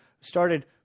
started